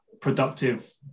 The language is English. productive